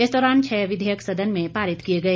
इस दौरान छह विधेयक सदन में पारित किए गए